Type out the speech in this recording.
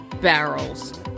barrels